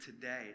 today